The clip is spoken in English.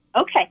Okay